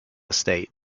estate